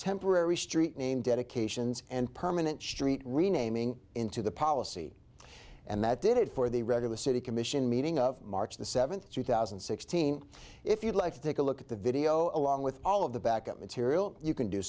temporary street name dedications and permanent street renaming into the policy and that did it for the regular city commission meeting of march the seventh two thousand and sixteen if you'd like to take a look at the video along with all of the backup material you can do